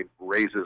raises